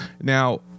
Now